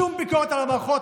שום ביקורת על המערכות.